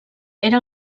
era